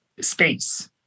space